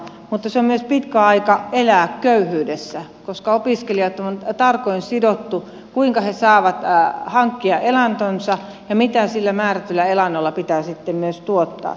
mutta se on myös pitkä aika elää köyhyydessä koska opiskelijat on tarkoin sidottu kuinka he saavat hankkia elantonsa ja mitä sillä määrätyllä elannolla pitää sitten myös tuottaa